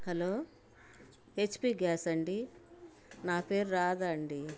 hello H P gas అండి నా పేరు రాధ అండి